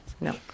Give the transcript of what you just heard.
No